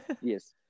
Yes